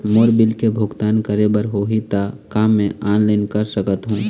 मोर bill के भुगतान करे बर होही ता का मैं ऑनलाइन कर सकथों?